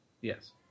Yes